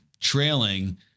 trailing